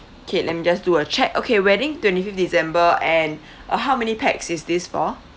K let me just do a check okay wedding twenty fifth december and uh how many pax is this for